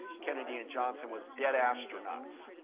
kennedy, and johnson was dead astronauts.